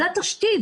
זה התשתית.